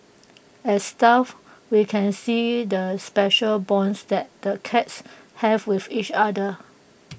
as staff we can see the special bonds that the cats have with each other